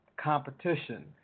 competition